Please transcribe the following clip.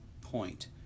point